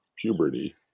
puberty